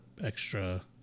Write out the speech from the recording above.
extra